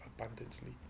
abundantly